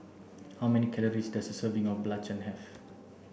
how many calories does a serving of Belacan have